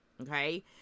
okay